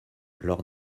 lors